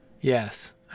Yes